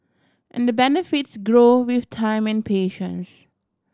and the benefits grow with time and patience